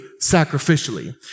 sacrificially